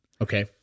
Okay